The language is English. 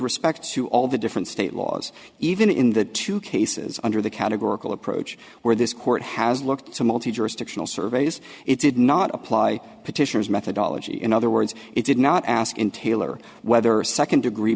respect to all the different state laws even in the two cases under the categorical approach where this court has looked to multi jurisdictional surveys it did not apply petitioners methodology in other words it did not ask in taylor whether second degree